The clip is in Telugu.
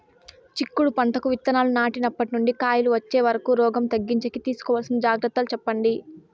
చిక్కుడు పంటకు విత్తనాలు నాటినప్పటి నుండి కాయలు వచ్చే వరకు రోగం తగ్గించేకి తీసుకోవాల్సిన జాగ్రత్తలు చెప్పండి?